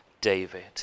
David